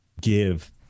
give